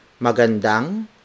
Magandang